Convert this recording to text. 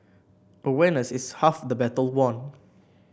awareness is half the battle won